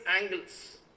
angles